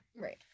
Right